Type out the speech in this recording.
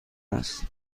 است